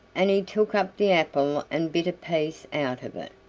and he took up the apple and bit a piece out of it.